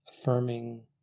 affirming